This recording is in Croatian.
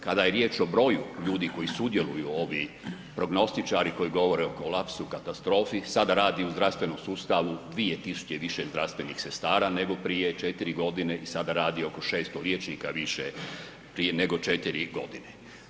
Kada je riječ o broju ljudi koji sudjeluju, ovi prognostičari koji govore o kolapsu, katastrofi sada radi u zdravstvenom sustavu 2000 više zdravstvenih sestara nego prije 4 godine i sada radi oko 600 liječnika više nego prije 4 godine.